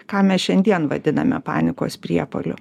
ką mes šiandien vadiname panikos priepuoliu